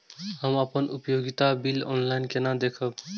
हम अपन उपयोगिता बिल ऑनलाइन केना देखब?